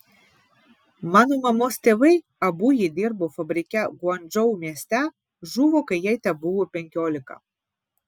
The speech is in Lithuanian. mano mamos tėvai abu jie dirbo fabrike guangdžou mieste žuvo kai jai tebuvo penkiolika